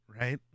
right